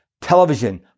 television